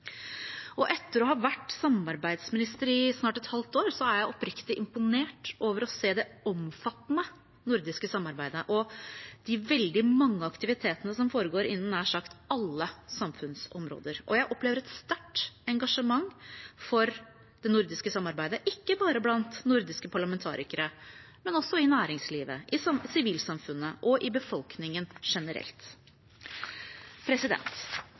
og konkurransekraft. Etter å ha vært samarbeidsminister i snart et halvt år er jeg oppriktig imponert over å se det omfattende nordiske samarbeidet og de veldig mange aktivitetene som foregår innen nær sagt alle samfunnsområder. Jeg opplever et sterkt engasjement for det nordiske samarbeidet, ikke bare blant nordiske parlamentarikere, men også i næringslivet, i sivilsamfunnet og i befolkningen generelt.